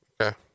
Okay